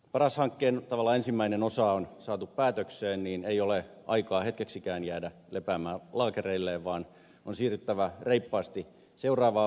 paras hankkeen tavallaan ensimmäinen osa on saatu päätökseen ja ei ole aikaa hetkeksikään jäädä lepäämään laakereilleen vaan on siirryttävä reippaasti seuraavaan vaiheeseen